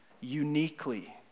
uniquely